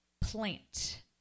Plant